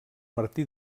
martí